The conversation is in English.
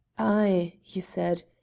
ay! he said,